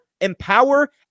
empower